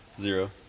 Zero